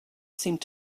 seemed